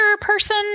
person